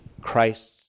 Christ